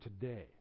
today